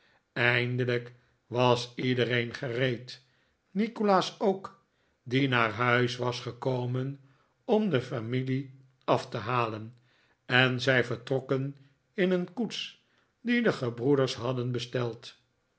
eindelijk was iedereen gereed nikolaas ook die naar huis was gekomen om de familie af te halen en zij vertrokken in een koets die de gebroeders hadden besteld